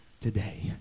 today